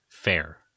Fair